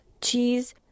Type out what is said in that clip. cheese